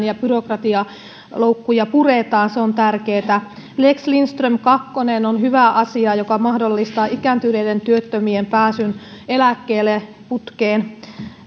ja byrokratialoukkuja puretaan se on tärkeää lex lindström kakkonen on hyvä asia joka mahdollistaa ikääntyneiden työttömien pääsyn eläkkeelle putkeen